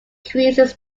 increases